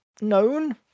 known